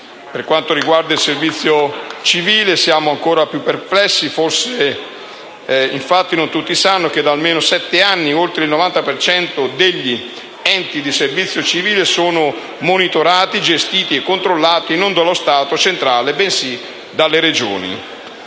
Per quanto riguarda il servizio civile, siamo ancora più perplessi. Forse non tutti sanno che da almeno sette anni oltre il 90 per cento degli enti di servizio civile sono monitorati, gestiti e controllati non dallo Stato centrale bensì dalle Regioni.